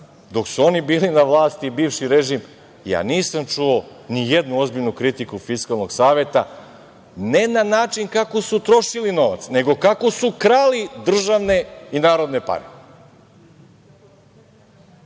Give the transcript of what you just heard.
dok su oni bili na vlasti, bivši režim, ja nisam čuo ni jednu ozbiljnu kritiku Fiskalnog saveta, ne na način kako su trošili novac, nego kako su krali državne i narodne pare. Tako